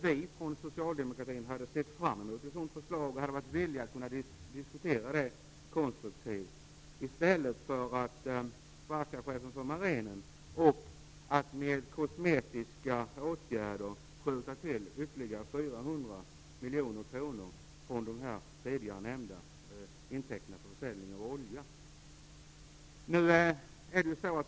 Vi från socialdemokratin hade sett fram emot ett sådant förslag och varit villiga att diskutera det konstruktivt. Det hade man kunnat göra i stället för att sparka chefen för Marinen och som kosmetisk åtgärd skjuta till ytterligare 400 miljoner kronor från de tidigare nämnda intäkterna från försäljning av olja.